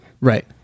Right